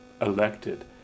elected